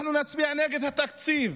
אנחנו נצביע נגד התקציב